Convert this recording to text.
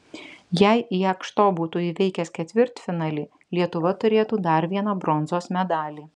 jei jakšto būtų įveikęs ketvirtfinalį lietuva turėtų dar vieną bronzos medalį